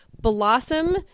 Blossom